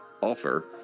offer